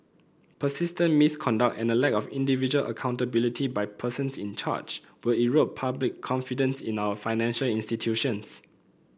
persistent misconduct and a lack of individual accountability by persons in charge will erode public confidence in our financial institutions